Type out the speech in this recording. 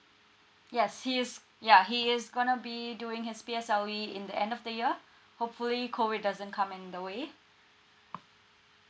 yes he is ya he is going to be doing his P_S_L_E in the end of the year hopefully COVID doesn't come in the way